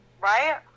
Right